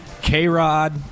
K-Rod